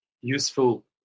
useful